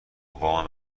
وام